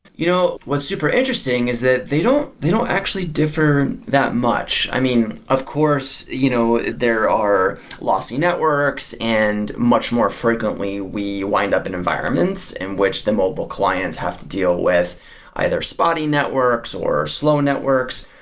you know what's super interesting is that they don't they don't actually differ that much. i mean, of course, you know there are lossy networks, and much more frequently we wind up in environments in which the mobile clients have to deal with either spotty networks, or slow networks.